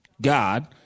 God